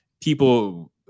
people